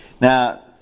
Now